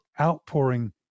outpouring